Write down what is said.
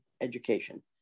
education